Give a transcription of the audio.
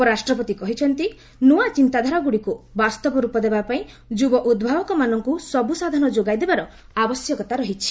ଉପରାଷ୍ଟ୍ରପତି କହିଛନ୍ତି ନୂଆ ଚିନ୍ତାଧାରାଗୁଡ଼ିକୁ ବାସ୍ତବ ରୂପ ଦେବାପାଇଁ ଯୁବ ଉଦ୍ଭାବକମାନଙ୍କୁ ସବୁ ସାଧନ ଯୋଗାଇ ଦେବାର ଆବଶ୍ୟକତା ରହିଛି